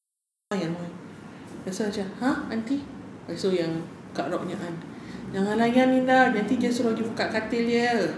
ya amoy amoy I also macam !huh! aunty then so yang kak rod punya aunt jangan layan dia lah nanti dia suruh you buka katil dia